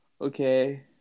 okay